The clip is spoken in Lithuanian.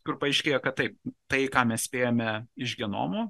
kur paaiškėjo kad taip tai ką mes spėjame iš genomo